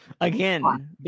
again